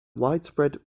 widespread